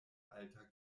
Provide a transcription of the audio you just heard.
alta